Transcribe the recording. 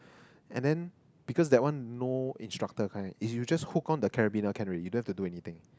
and then because that one no instructor kind is you just hook on the carabiner can already you don't have to do anything